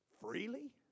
freely